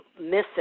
missing